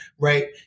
right